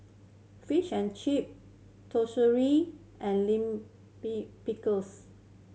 Fish and Chip and Lime P Pickles